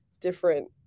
different